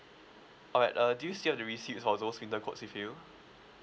alright uh do you still have the receipts for those winter coats with you